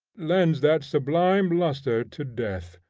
lends that sublime lustre to death,